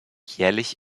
jährlich